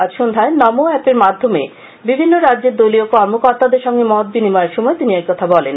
আজ সন্ধ্যায় নমো এপার মাধ্যমে বিভিন্ন রাজ্যের দলীয় কর্মকর্তাদের সঙ্গে মত বিনিময়ের সময় তিনি একথা বলেন